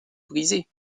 briser